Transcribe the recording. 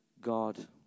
God